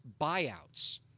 Buyouts